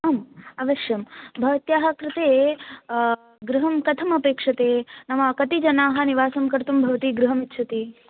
आम् अवश्यं भवत्याः कृते गृहं कथमपेक्ष्यते नाम कति जनाः निवासं कर्तुं भवती गृहमिच्छति